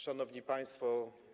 Szanowni Państwo!